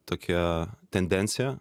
tokia tendencija